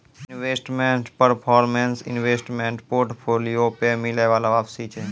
investment performance investment portfolio पे मिलै बाला वापसी छै